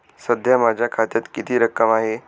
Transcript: सध्या माझ्या खात्यात किती रक्कम आहे?